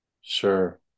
Sure